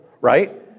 right